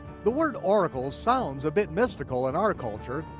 the word oracle sounds a bit mystical in our culture,